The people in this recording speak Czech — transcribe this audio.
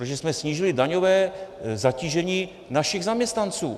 Protože jsme snížili daňové zatížení našich zaměstnanců.